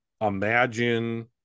imagine